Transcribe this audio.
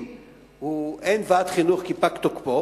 אם אין ועד חינוך, כי פג תוקפו,